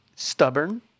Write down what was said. stubborn